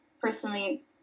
personally